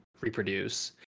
reproduce